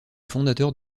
fondateur